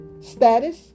status